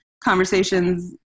conversations